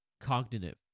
cognitive